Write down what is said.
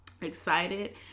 excited